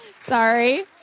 Sorry